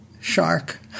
shark